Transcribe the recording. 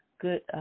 good